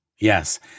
Yes